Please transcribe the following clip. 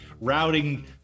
routing